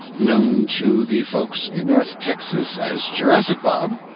known to the folks in north texas as jurassic bob.